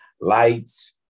lights